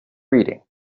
reading